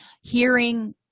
hearing